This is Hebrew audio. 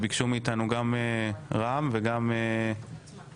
ביקשו מאתנו גם רע"מ וגם עוצמה